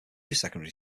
secondary